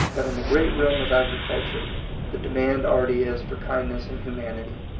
that in the great realm of agricul ture the demand already is for kindness and humanity.